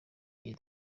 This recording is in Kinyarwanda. igihe